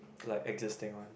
like existing ones